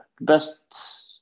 best